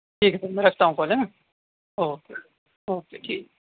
ٹھیک ہے پھر میں رکھتا ہوں کال ہاں اوکے اوکے ٹھیک